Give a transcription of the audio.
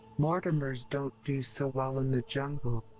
mortimers don't do so well in the jungle,